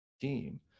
team